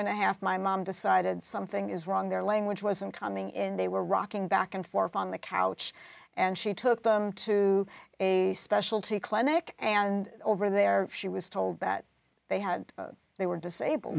and a half my mom decided something is wrong their language wasn't coming in they were rocking back and forth on the couch and she took them to a specialty clinic and over there she was told that they had they were disabled